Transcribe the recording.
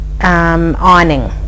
ironing